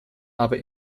aber